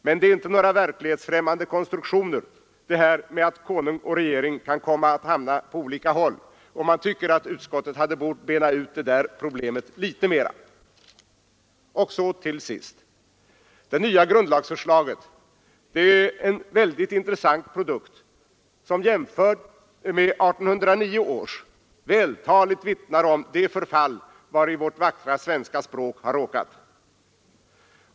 Men det är inte några verklighetsfrämmande konstruktioner att konung och regering kan komma att hamna på olika håll, och man tycker att utskottet hade bort bena ut detta problem litet mera. Och så till sist! Det nya grundlagsförslaget är en intressant produkt, som jämfört med 1809 års vältaligt vittnar om det förfall vari vårt vackra svenska språk har råkat.